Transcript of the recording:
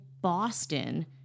boston